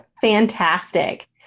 Fantastic